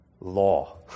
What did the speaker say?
law